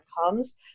comes